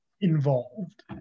involved